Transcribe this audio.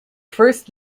first